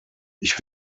ich